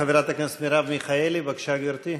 חברת הכנסת מרב מיכאלי, בבקשה, גברתי.